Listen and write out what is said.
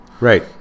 right